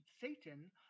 Satan